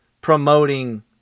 promoting